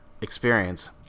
experience